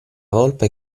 volpe